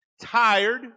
tired